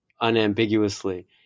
unambiguously